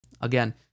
again